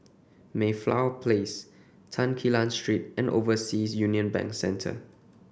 Mayflower Place Tan Quee Lan Street and Overseas Union Bank Centre